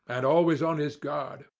and always on his guard.